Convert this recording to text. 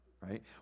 Right